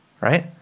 right